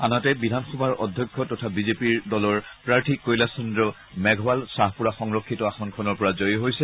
আনহাতে বিধানসভাৰ অধ্যক্ষ তথা বিজেপি দলৰ প্ৰাৰ্থী কৈলাস চন্দ্ৰ মেঘৱাল শ্বাহপুৰা সংৰক্ষিত আসনখনৰ পৰা জয়ী হৈছে